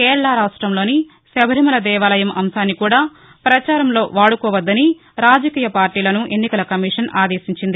కేరళ రాష్ట్రంలోని శబరిమల దేవాలయం అంశాన్ని కూడా పచారంలో వాడుకోవద్దని రాజకీయ పార్టీలను ఎన్నికల కమీషన్ ఆదేశించింది